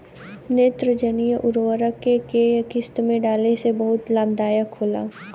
नेत्रजनीय उर्वरक के केय किस्त में डाले से बहुत लाभदायक होला?